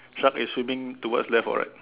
shark is swimming towards left or right